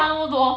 差那么多